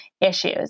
issues